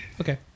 Okay